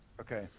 Okay